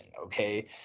Okay